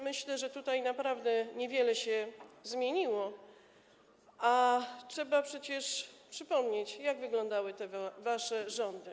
Myślę, że tutaj naprawdę niewiele się zmieniło, a trzeba przecież przypomnieć, jak wyglądały te wasze rządy.